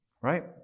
Right